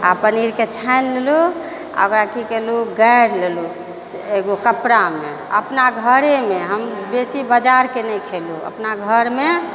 आओर पनीरके छानि लेलहुँ आओर ओकरा की केलहुँ गाड़ि लेलहुँ एगो कपड़ामे अपना घरेमे हम बेसी बाजारके नहि खएलहुँ अपना घरमे